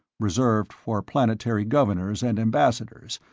reserved for planetary governors and ambassadors,